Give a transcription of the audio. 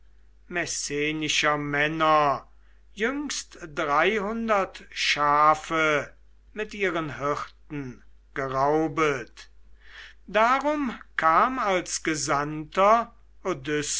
messenischer männer jüngst dreihundert schafe mit ihren hirten geraubet darum kam als gesandter